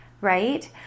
right